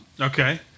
Okay